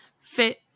fit